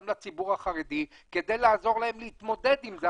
גם לציבור החרדי כדי לעוזר להם להתמודד עם זה,